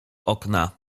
okna